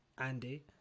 andy